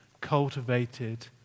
cultivated